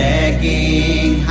Begging